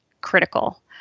critical